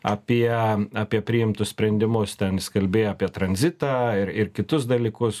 apie apie priimtus sprendimus ten jis kalbėjo apie tranzitą ir ir kitus dalykus